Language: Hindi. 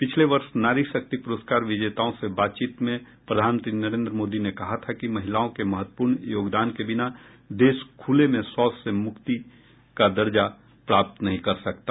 पिछले वर्ष नारीशक्ति पुरस्कार विजेताओं से बातचीत में प्रधानमंत्री नरेंद्र मोदी ने कहा था कि महिलाओं के महत्वपूर्ण योगदान के बिना देश खुले में शौच से मुक्त दर्जा प्राप्त नहीं कर सकता